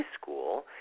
school